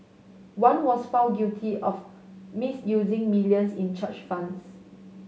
one was found guilty of misusing millions in church funds